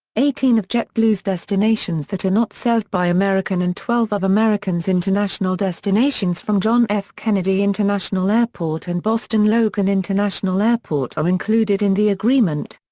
eighteen of jetblue's destinations that are not served by american and twelve of american's international destinations from john f. kennedy international airport and boston logan international airport are included in the agreement.